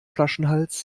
flaschenhals